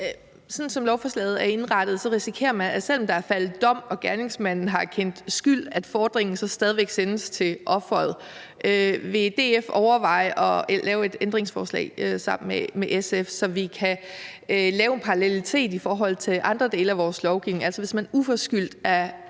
Sådan som lovforslaget er indrettet, risikerer man, at selv om der er faldet dom og gerningsmanden har erkendt skyld, sendes fordringen stadig til offeret. Vil DF overveje at lave et ændringsforslag sammen med SF, så vi kan lave en parallelitet i forhold til andre dele af vores lovgivning – altså, hvis man uforskyldt er